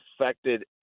affected